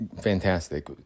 Fantastic